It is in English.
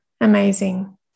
amazing